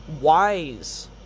wise